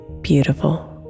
beautiful